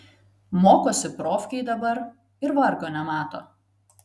mokosi profkėj dabar ir vargo nemato